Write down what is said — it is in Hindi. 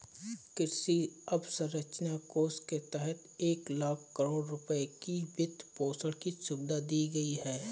कृषि अवसंरचना कोष के तहत एक लाख करोड़ रुपए की वित्तपोषण की सुविधा दी गई है